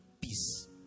peace